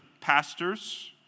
pastors